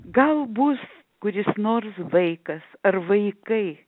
gal bus kuris nors vaikas ar vaikai